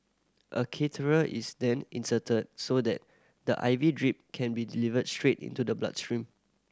a catheter is then inserted so that the I V drip can be delivered straight into the blood stream